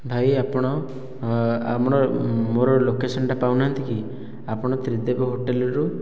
ଭାଇ ଆପଣ ଆମର ମୋ'ର ଲୋକେସନଟା ପାଉନାହାନ୍ତିକି ଆପଣ ତ୍ରିଦେବ ହୋଟେଲରୁ